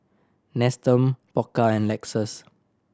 Nestum Pokka and Lexus